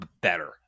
better